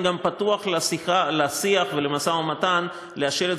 אני גם פתוח לשיח ולמשא-ומתן אם להשאיר את